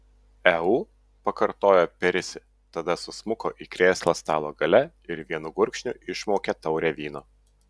eu pakartojo perisi tada susmuko į krėslą stalo gale ir vienu gurkšniu išmaukė taurę vyno